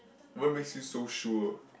what makes you so sure